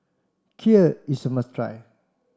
Kheer is a must try